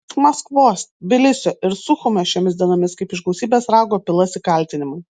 iš maskvos tbilisio ir suchumio šiomis dienomis kaip iš gausybės rago pilasi kaltinimai